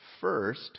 First